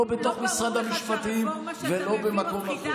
לא במשרד המשפטים ולא בכל מקום אחר.